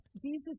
Jesus